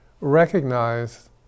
recognize